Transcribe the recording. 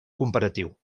comparatiu